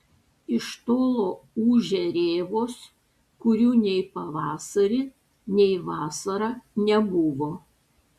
iš tolo ūžia rėvos kurių nei pavasarį nei vasarą nebuvo